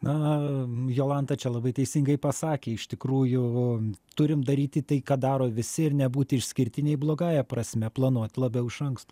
na jolanta čia labai teisingai pasakė iš tikrųjų turim daryti tai ką daro visi ir nebūti išskirtiniai blogąja prasme planuot labiau iš anksto